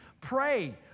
Pray